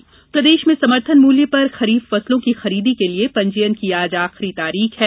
समर्थन मूल्य प्रदेश में समर्थन मूल्य पर खरीफ फसलों की खरीदी के लिए पंजीयन की आज आखिरी तारीख है